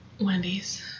Wendy's